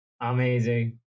amazing